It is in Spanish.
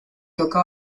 toca